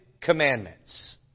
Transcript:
commandments